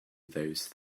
those